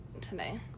Today